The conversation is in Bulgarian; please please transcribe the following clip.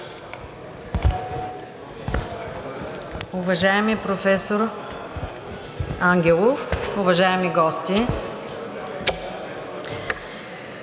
Уважаеми професор Ангелов, уважаеми гости!